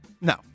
No